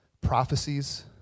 prophecies